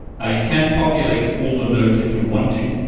now you can populate all the nodes if you want to.